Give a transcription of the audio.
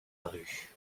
rue